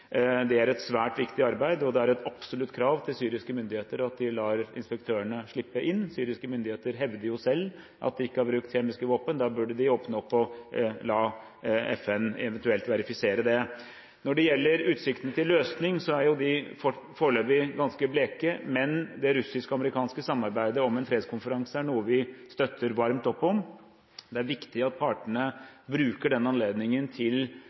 Det er et svært viktig arbeid, og det er et absolutt krav til syriske myndigheter at de lar inspektørene slippe inn. Syriske myndigheter hevder jo selv at de ikke har brukt kjemiske våpen. Da burde de åpne opp og la FN eventuelt verifisere det. Når det gjelder utsiktene til løsning, så er jo de foreløpig ganske bleke, men det russisk-amerikanske samarbeidet om en fredskonferanse er noe vi støtter varmt opp om. Det er viktig at partene bruker den anledningen til